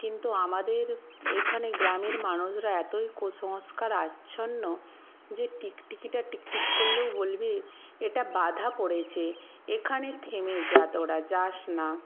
কিন্তু আমাদের এখানে গ্রামের মানুষরা এতই কুসংস্কার আচ্ছন্ন যে টিকটিকিটা টিকটিক করলেও বলবে এটা বাঁধা পড়েছে এখানে থেমে যা তোরা যাস না